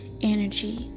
energy